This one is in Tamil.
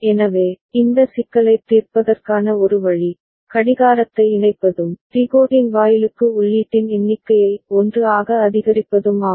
எனவே இந்த சிக்கலைத் தீர்ப்பதற்கான ஒரு வழி கடிகாரத்தை இணைப்பதும் டிகோடிங் வாயிலுக்கு உள்ளீட்டின் எண்ணிக்கையை 1 ஆக அதிகரிப்பதும் ஆகும்